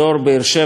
בנאות-חובב,